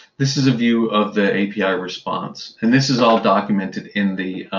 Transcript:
this is a view of the api response. and this is all documented in the